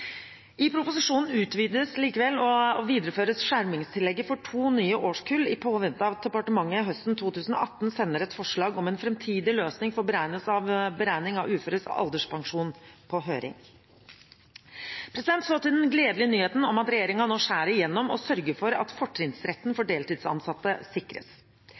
I proposisjonen utvides og videreføres likevel skjermingstillegget for to nye årskull, i påvente av at departementet høsten 2018 skal sende et forslag om en framtidig løsning for beregning av uføres alderspensjon på høring. Så til den gledelige nyheten om at regjeringen nå skjærer igjennom og sørger for at fortrinnsretten for deltidsansatte sikres: